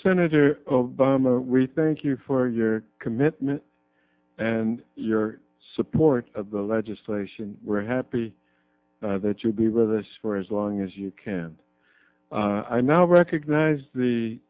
senator obama we thank you for your commitment and your support of the legislation we're happy that you be with us for as long as you can and i now recognize the